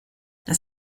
das